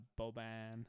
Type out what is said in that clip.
Boban